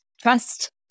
trust